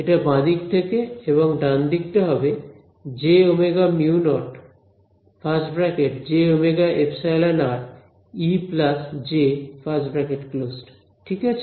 এটা বাঁ দিক থেকে এবং ডান দিকটা হবে − jωμ0jωεE J ঠিক আছে